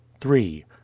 three